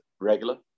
regular